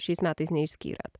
šiais metais neišsiskyrėt